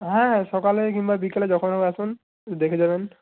হ্যাঁ হ্যাঁ সকালে কিংবা বিকালে যখন হোক আসুন দেখে যাবেন